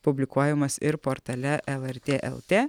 publikuojamas ir portale lrt lt